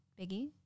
Biggie